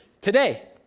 today